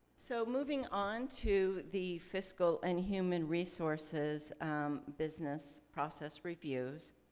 so moving onto the fiscal and human resources business process reviews,